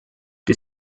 the